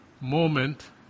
moment